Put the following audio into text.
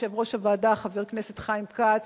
יושב-ראש הוועדה חבר הכנסת חיים כץ,